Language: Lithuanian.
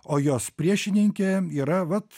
o jos priešininkė yra vat